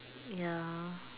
ya